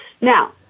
Now